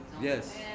Yes